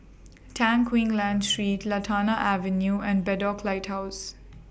Tan Quee Lan Street Lantana Avenue and Bedok Lighthouse